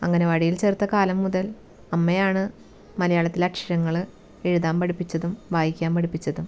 അങ്കണവാടിയിൽ ചേർത്ത കാലം മുതൽ അമ്മയാണ് മലയാളത്തിൽ അക്ഷരങ്ങൾ എഴുതാൻ പഠിപ്പിച്ചതും വായിക്കാൻ പഠിപ്പിച്ചതും